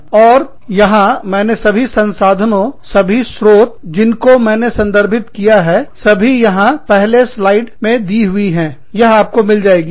और और यहां मैंने सभी संसाधनों सभी स्रोत जिनको मैंने संदर्भित किया है सभी यहां पहले पट्टीका दी हुई है यह आपको मिल जाएगी